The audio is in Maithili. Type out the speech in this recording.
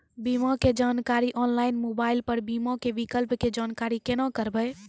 बीमा के जानकारी ऑनलाइन मोबाइल पर बीमा के विकल्प के जानकारी केना करभै?